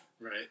Right